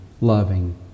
loving